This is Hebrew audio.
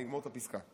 אני אגמור את הפסקה.